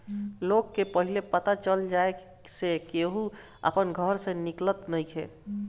लोग के पहिले पता चल जाए से केहू अपना घर से निकलत नइखे